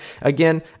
again